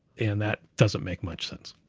and that doesn't make much sense,